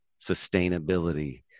sustainability